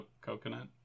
coconut